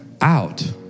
out